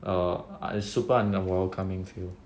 err a super unwelcoming feel